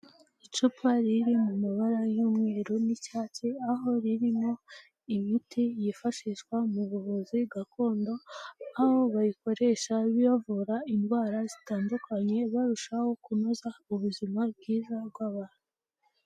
Icupa riri mu mabara y'umweru n'icyatsi aho ririmo imiti yifashishwa mu buvuzi gakondo nk'aho bayikoresha bavura indwara zitandukanye barushaho kunoza ubuzima bwiza bw'abantu.